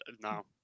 No